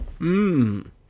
Mmm